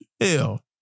Hell